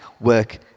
work